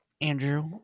Andrew